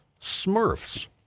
Smurfs